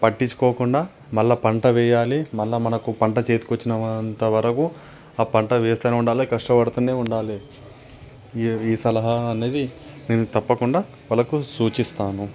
పట్టించుకోకుండా మళ్ళా పంట వేయాలి మళ్ళా మనకు పంట చేతికి వచ్చినంతవరకు ఆ పంట వేస్తూనే ఉండాలి కష్టపడుతూనే ఉండాలి ఇది ఈ సలహా అనేది నేను తప్పకుండ వాళ్లకి చూసిస్తాను